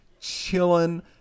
chilling